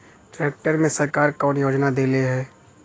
Tractor मे सरकार कवन योजना देले हैं?